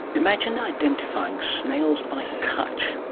imagine identifying snails by touch.